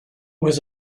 was